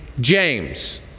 James